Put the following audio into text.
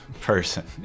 person